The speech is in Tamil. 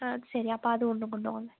ஆ சரி அப்போ அது ஒன்று கொண்டு வாங்க